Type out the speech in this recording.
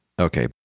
Okay